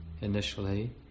Initially